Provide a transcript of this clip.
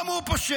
גם הוא פושע.